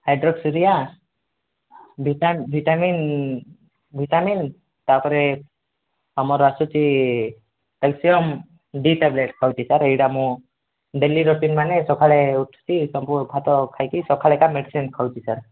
ହାଇଡ଼୍ରୋକ୍ସିଲିଆ vitamin vitamin ତା'ପରେ ଆମର ଆସୁଛି କ୍ୟାଲସିୟମ୍ ଡ଼ି ଟ୍ୟାବଲେଟ୍ ଖାଉଛି ସାର୍ ଏଇଟା ମୋ ଡେଲି ରୁଟିନ୍ ମାନେ ସକାଳେ ଉଠୁଛି ସବୁ ଭାତ ଖାଇକି ସକାଳେ କା ମେଡ଼ିସିନ ଖାଉଛି ସାର୍